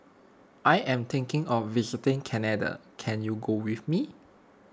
I am thinking of visiting Canada can you go with me